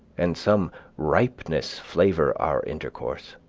and some ripeness flavor our intercourse.